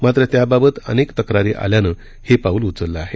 मात्र त्याबाबत अनेक तक्रारी आल्यानं हे पाऊल उचललं आहे